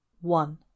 One